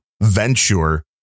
venture